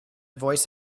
voice